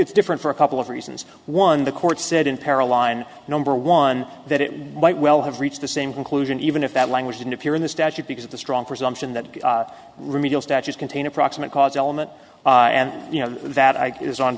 it's different for a couple of reasons one the court said in peril line number one that it might well have reached the same conclusion even if that language didn't appear in the statute because of the strong presumption that remedial statutes contain a proximate cause element and you know that i is on